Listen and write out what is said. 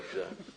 בבקשה.